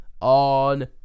On